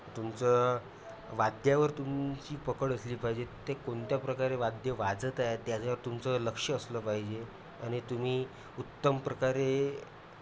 तुमचं वाद्यावर तुमची पकड असली पाहिजे ते कोणत्या प्रकारे वाद्य वाजत आहे त्याच्यावर तुमचं लक्ष असलं पाहिजे आणि तुम्ही उत्तम प्रकारे